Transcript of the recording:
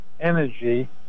Energy